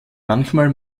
manchmal